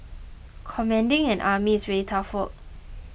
commanding an army is really tough work